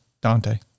Dante